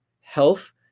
health